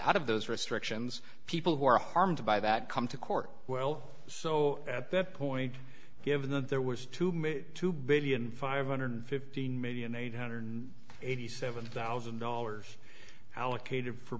out of those restrictions people who are harmed by that come to court well so at that point given that there was to me two billion five hundred and fifteen million eight hundred and eighty seven thousand dollars